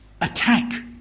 attack